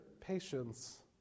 patience